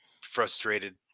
frustrated